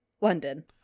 London